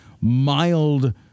mild